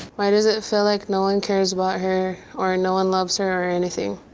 why does it feel like no one cares about her or no one loves her or anything?